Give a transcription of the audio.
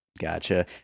Gotcha